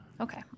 Okay